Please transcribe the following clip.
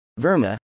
Verma